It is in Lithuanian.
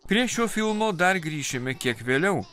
prie šio filmo dar grįšime kiek vėliau